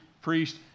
priest